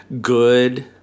Good